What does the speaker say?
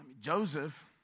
Joseph